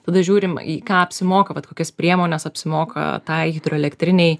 tada žiūrim į ką apsimoka vat kokias priemones apsimoka tai hidroelektrinei